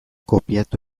kopiatu